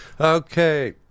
Okay